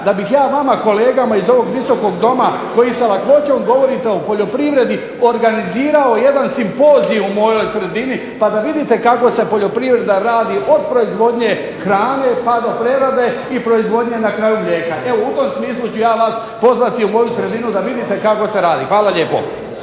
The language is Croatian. da bih ja vama kolegama iz ovog Visokog doma koji sa lakoćom govorite o poljoprivredi, organizirao jedan simpozij u mojoj sredini pa da vidite kako se poljoprivreda radi od proizvodnje hrane pa do prerade i proizvodnje na kraju mlijeka. Evo u tom smislu ću ja vas pozvati u moju sredinu da vidite kako se radi. Hvala lijepo.